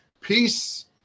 peace